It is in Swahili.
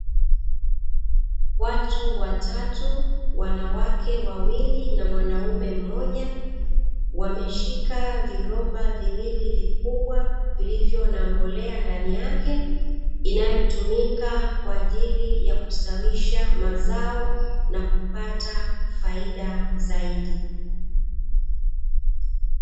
Watu watatu, wanawake wawili na mwanaume mmoja wameshika viloba viwili vikubwa vilivyo na mbolea ndani yake, inayotumika kwa ajili ya kustawisha mazao na kupata faida zaidi.